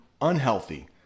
unhealthy